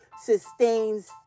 sustains